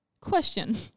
Question